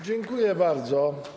Dziękuję bardzo.